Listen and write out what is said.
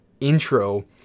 intro